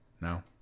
No